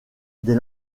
des